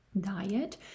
diet